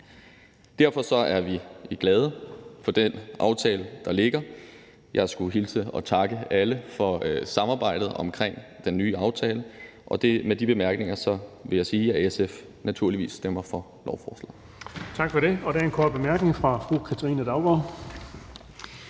Derfor er vi glade for den aftale, der ligger. Jeg skulle hilse og takke alle for samarbejdet omkring den nye aftale, og med de bemærkninger vil jeg sige, at SF naturligvis stemmer for lovforslaget.